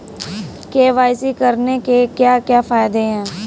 KYC करने के क्या क्या फायदे हैं?